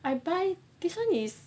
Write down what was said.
I buy this one is